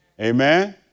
Amen